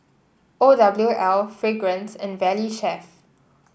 O W L Fragrance and Valley Chef